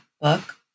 book